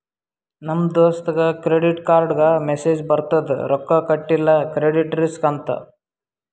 ನಮ್ ದೋಸ್ತಗ್ ಕ್ರೆಡಿಟ್ ಕಾರ್ಡ್ಗ ಮೆಸ್ಸೇಜ್ ಬರ್ತುದ್ ರೊಕ್ಕಾ ಕಟಿಲ್ಲ ಕ್ರೆಡಿಟ್ ರಿಸ್ಕ್ ಅಂತ್